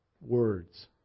words